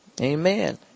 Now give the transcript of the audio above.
Amen